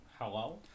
Hello